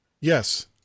yes